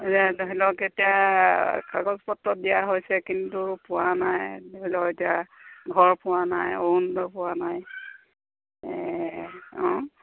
ধৰি লওক এতিয়া কাগজ পত্ৰত দিয়া হৈছে কিন্তু পোৱা নাই ধৰি লওক এতিয়া ঘৰ পোৱা নাই অৰুণোদয় পোৱা নাই অঁ